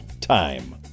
Time